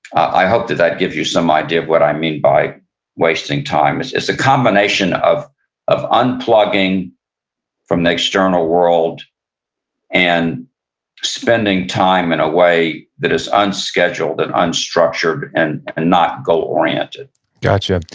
i hope that that gives you some idea of what i mean by wasting time. it's a combination of of unplugging from the external world and spending time in a way that is unscheduled and unstructured, and not goal-oriented gotcha.